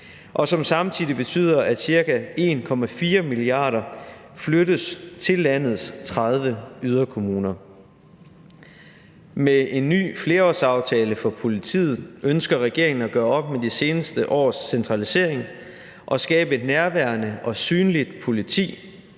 og som samtidig betyder, at ca. 1,4 mia. kr. flyttes til landets 30 yderkommuner. Kl. 16:38 Med en ny flerårsaftale for politiet ønsker regeringen at gøre op med de seneste års centralisering og skabe et nærværende og synligt politi